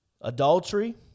Adultery